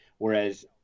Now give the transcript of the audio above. Whereas